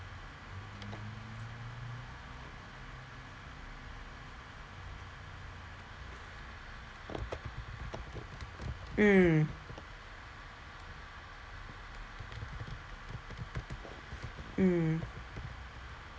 mm mm